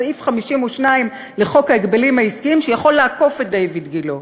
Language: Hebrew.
סעיף 52 לחוק ההגבלים העסקיים שיכול לעקוף את דיויד גילה.